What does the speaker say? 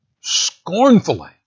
scornfully